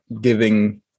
giving